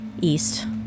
east